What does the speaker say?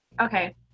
Okay